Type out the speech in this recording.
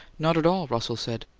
not at all, russell said.